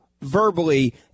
verbally